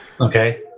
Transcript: Okay